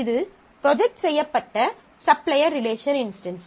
இது ப்ரொஜெக்ட் செய்யப்பட்ட supplier relation instance